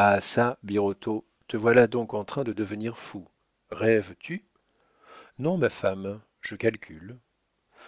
ah çà birotteau te voilà donc en train de devenir fou rêves tu non ma femme je calcule